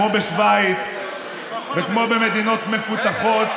כמו שווייץ וכמו המדינות מפותחות,